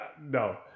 no